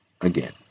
Again